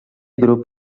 grup